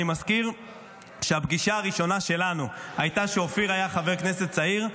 אני מזכיר שהפגישה הראשונה שלנו הייתה כשאופיר היה חבר כנסת צעיר.